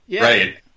Right